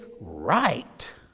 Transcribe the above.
right